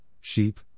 sheep